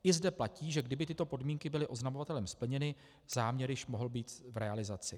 I zde platí, že kdyby tyto podmínky byly oznamovatelem splněny, záměr již mohl být v realizaci.